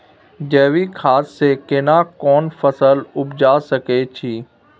जैविक खाद से केना कोन फसल उपजा सकै छि?